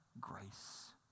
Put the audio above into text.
grace